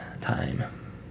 time